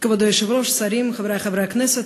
כבוד היושב-ראש, שרים, חברי חברי הכנסת,